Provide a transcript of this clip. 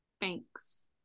Thanks